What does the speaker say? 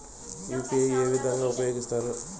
UPI ఏ విధంగా ఉపయోగిస్తారు?